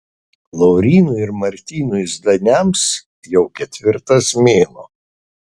laurynui ir martynui zdaniams jau ketvirtas mėnuo